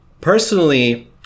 personally